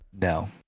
No